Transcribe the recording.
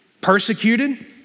persecuted